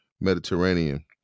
Mediterranean